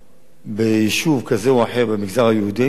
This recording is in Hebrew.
ביישוב כזה או אחר במגזר היהודי, היו הורסים אותו.